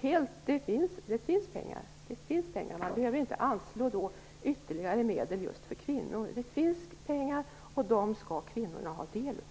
finns det pengar. Man behöver inte anslå ytterligare medel just för kvinnor. Det finns pengar, och dem skall kvinnorna ha del av.